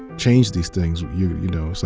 change these things, you you know, so